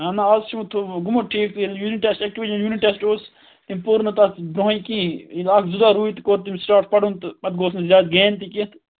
اہن نُہ آز چھُ وَنہِ گوٚمُت ٹھیٖک ییٚلہِ یوٗنِٹ ٹٮ۪سٹ اَکہِ وِزِ ییٚلہِ یوٗنِٹ ٹٮ۪سٹ اوس تٔمۍ پوٚر نہٕ تَتھ کِہیٖنۍ اَکھ زٕ دۄہ روٗدۍ تہٕ کوٚر تٔمۍ سِٹاٹ پَرُن تہٕ پتہٕ گوس نہٕ زیادٕ گین تہِ کیٚنٛہہ تہٕ